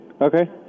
okay